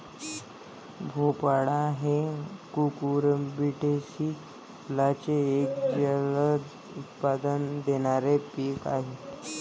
भोपळा हे कुकुरबिटेसी कुलाचे एक जलद उत्पन्न देणारे पीक आहे